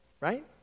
right